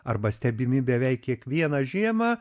arba stebimi beveik kiekvieną žiemą